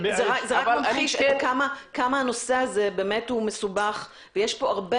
זה רק ממחיש עד כמה הנושא הזה מסובך ויש פה הרבה